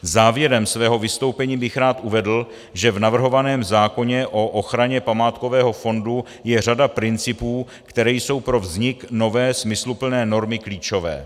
Závěrem svého vystoupení bych rád uvedl, že v navrhovaném zákoně o ochraně památkového fondu je řada principů, které jsou pro vznik nové, smysluplné normy klíčové.